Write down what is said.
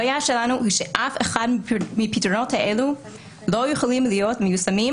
הבעיה שלנו היא שאף אחד מהפתרונות הללו לא יכולים להיות מיושמים,